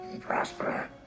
prosper